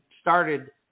started